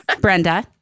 Brenda